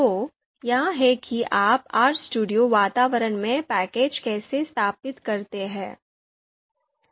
तो यह है कि आप RStudio वातावरण में पैकेज कैसे स्थापित करते हैं